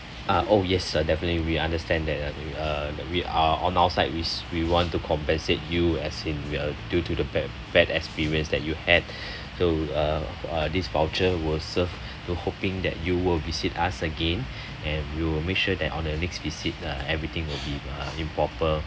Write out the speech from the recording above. ah oh yes uh definitely we understand that uh uh we are on our side is we want to compensate you as in we are due to the bad bad experience that you had so uh uh this voucher will serve to hoping that you will visit us again and we will make sure that on your next visit uh everything will be in proper